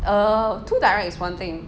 err too direct is one thing